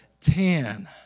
Ten